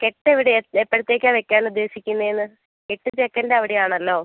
കെട്ട് എവിടെയാണ് എപ്പോഴത്തേക്കാണ് വയ്ക്കാൻ ഉദ്ദേശിക്കുന്നത് എന്ന് കെട്ട് ചെക്കൻറെ അവിടെ ആണല്ലോ